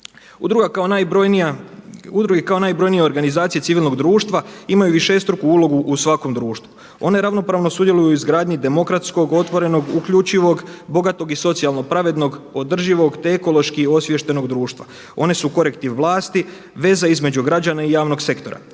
Udruga kao najbrojnije organizacije civilnog društva imaju višestruku ulogu u svakom društvu. One ravnopravno sudjeluju u izgradnji demokratskog, otvorenog, uključivog, bogatog i socijalno pravednog, održivog, te ekološki osviještenog društva. One su korektiv vlasti, veza između građana i javnog sektora.